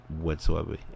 whatsoever